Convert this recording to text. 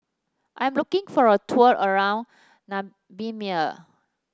I'm looking for a tour around Namibia